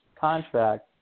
contract